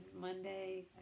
Monday